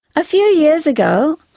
ah few years ago,